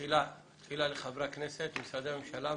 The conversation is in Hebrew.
תחילה לחברי הכנסת ולמשרדי הממשלה,